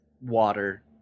water